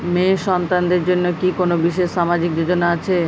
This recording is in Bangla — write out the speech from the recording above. মেয়ে সন্তানদের জন্য কি কোন বিশেষ সামাজিক যোজনা আছে?